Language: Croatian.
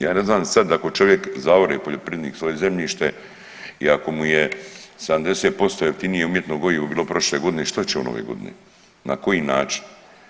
Ja ne znam sad ako čovjek zaore poljoprivrednik svoje zemljište i ako mu je 70% jeftinije umjetno gnojivo bilo prošle godine što će on ove godine, na koji način?